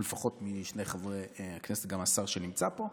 לפחות משני חברי הכנסת והשר שנמצא פה,